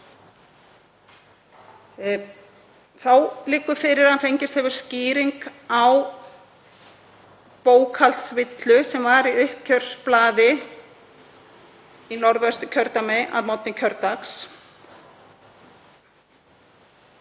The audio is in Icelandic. Þá liggur fyrir að fengist hefur skýring á bókhaldsvillu sem var í uppgjörsblaði í Norðvesturkjördæmi að morgni kjördags.